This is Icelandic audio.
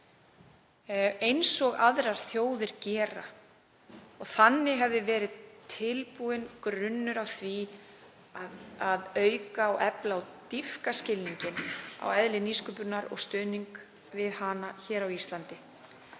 eins og aðrar þjóðir gera. Þannig hefði verið tilbúinn grunnur að því að auka og efla og dýpka skilninginn á eðli nýsköpunar og stuðning við hana hér á Íslandi